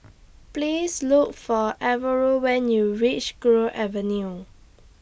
Please Look For Alvaro when YOU REACH Gul Avenue